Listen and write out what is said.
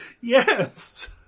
Yes